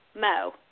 Mo